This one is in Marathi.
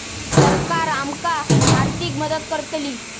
सरकार आमका आर्थिक मदत करतली?